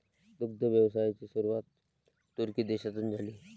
दुग्ध व्यवसायाची सुरुवात तुर्की देशातून झाली